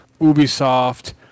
Ubisoft